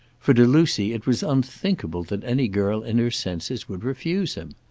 for to lucy it was unthinkable that any girl in her senses would refuse him.